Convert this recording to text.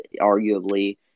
arguably